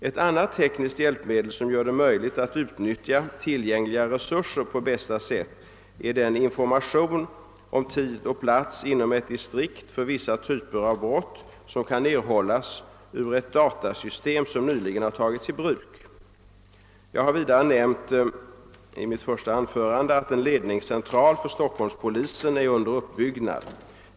Ett annat tekniskt hjälpmedel som gör det möjligt att utnyttja tillgängliga resurser på bästa sätt är den information om tid och plats inom ett distrikt för vissa typer av brott, som kan erhållas ur ett datasystem som nyligen har tagits i bruk. Vidare har jag i mitt första anförande nämnt att en ledningscentral för Stockholmspolisen är under uppbyggnad.